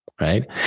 Right